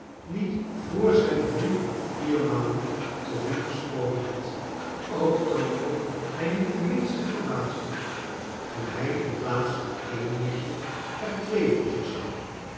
niet vr zij drie of vier malen tot hem gesproken had ook toonde hij niet de minste verbazing toen hij in plaats van een nichtj e er twee voor zich zag